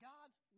God's